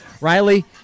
Riley